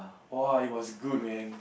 !wah! it was good man